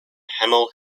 hemel